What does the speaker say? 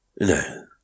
No